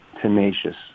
tenacious